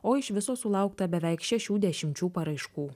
o iš viso sulaukta beveik šešių dešimčių paraiškų